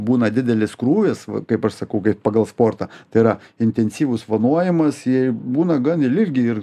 būna didelis krūvis kaip aš sakau kaip pagal sportą tai yra intensyvus vanojimas jei būna gan ilgi ir